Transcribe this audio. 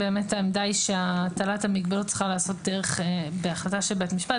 העמדה היא שהטלת המגבלות צריכה להיעשות בהחלטת בית משפט,